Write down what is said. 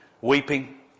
weeping